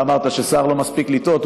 אתה אמרת ששר לא מספיק לטעות,